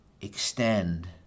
extend